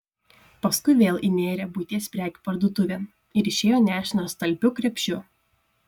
paskui vėl įnėrė buities prekių parduotuvėn ir išėjo nešinas talpiu krepšiu